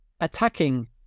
attacking